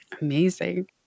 Amazing